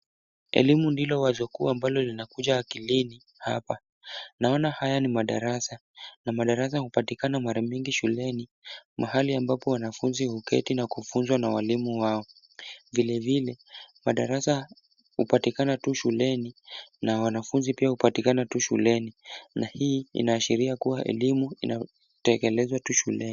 Elimu ndilo wazo kuu ambalo linakuja akilini hapa. Naona haya ni madarasa na madarasa hupatikana mara mingi shuleni mahali ambapo wanafunzi huketi na kufunzwa na walimu wao. Vilevile madarasa hupatikana tu shuleni na wanafunzi pia hupatikana tu shuleni na hii inaashiria kuwa elimu inatengenezwa tu shuleni.